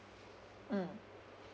mm